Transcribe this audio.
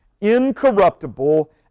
incorruptible